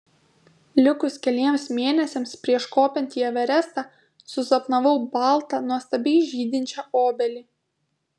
likus keliems mėnesiams prieš kopiant į everestą susapnavau baltą nuostabiai žydinčią obelį